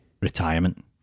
retirement